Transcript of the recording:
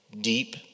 deep